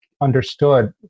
understood